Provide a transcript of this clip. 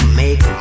make